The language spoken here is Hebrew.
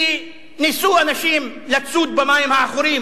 כי ניסו אנשים לדוג במים העכורים,